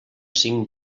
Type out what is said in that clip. cinc